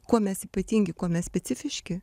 kuo mes ypatingi kuo mes specifiški